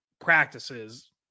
practices